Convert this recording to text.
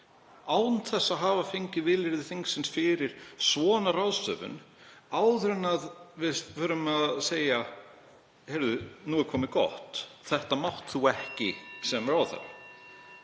án þess að hafa fengið vilyrði þingsins fyrir svona ráðstöfun áður en við segjum: Heyrðu, nú er komið gott? Þetta mátt þú ekki sem ráðherra.